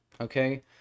okay